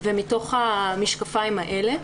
ומתוך המשקפיים האלה,